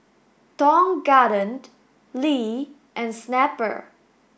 Tong Garden Lee and Snapple